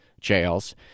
jails